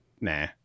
nah